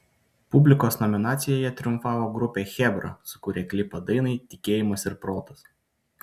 publikos nominacijoje triumfavo grupė chebra sukūrę klipą dainai tikėjimas ir protas